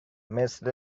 خواستین